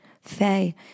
Faye